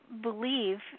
believe